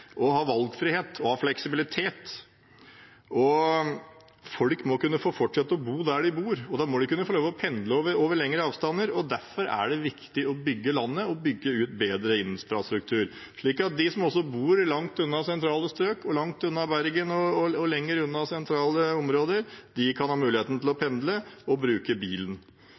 å ha valgfrihet og fleksibilitet. Folk må kunne få fortsette å bo der de bor, og da må de kunne få lov å pendle over lengre avstander. Derfor er det viktig å bygge landet og bygge ut bedre infrastruktur, slik at også de som bor langt unna sentrale strøk, langt unna Bergen, kan ha mulighet til å pendle og bruke bilen.